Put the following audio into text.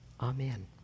Amen